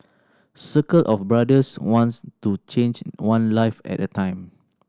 circle of Brothers wants to change one life at a time